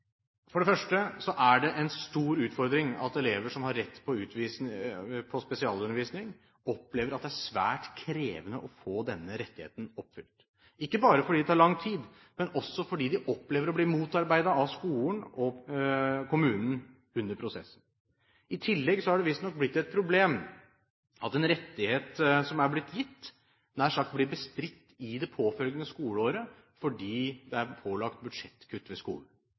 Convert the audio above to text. For det første er det en stor utfordring at elever som har rett til spesialundervisning, opplever at det er svært krevende å få denne rettigheten oppfylt, ikke bare fordi det tar lang tid, men også fordi de opplever å bli motarbeidet av skolen og kommunen under prosessen. I tillegg har det visstnok blitt et problem at en rettighet som er blitt gitt, nær sagt blir bestridt i det påfølgende skoleåret fordi det er pålagt budsjettkutt ved skolen.